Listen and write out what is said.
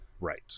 Right